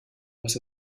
was